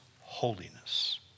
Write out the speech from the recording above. holiness